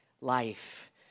life